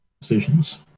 decisions